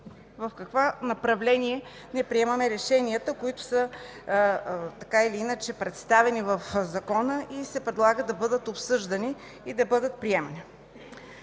В какво направление не приемаме решенията, които така или иначе са представени в законопроекта и се предлага да бъдат обсъждани и приемани.